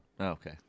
okay